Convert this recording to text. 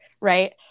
right